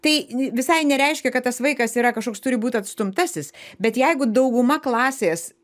tai visai nereiškia kad tas vaikas yra kažkoks turi būt atstumtasis bet jeigu dauguma klasės